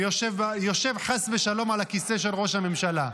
יושב, חס ושלום, על הכיסא של ראש הממשלה.